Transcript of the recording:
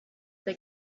they